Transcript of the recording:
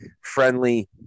friendly